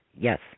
yes